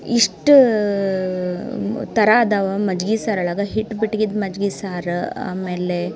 ಇಷ್ಟು ಥರ ಅದಾವ ಮಜ್ಗೆ ಸಾರು ಒಳಗೆ ಹಿಟ್ಟು ಬಿಟ್ಗಿದ್ದು ಮಜ್ಗೆ ಸಾರು ಆಮೇಲೆ